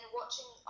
watching